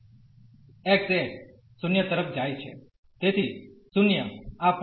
x એ 0 તરફ જાય છે તેથી 0 ¿આ પોઇન્ટ થી